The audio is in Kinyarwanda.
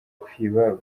kwiba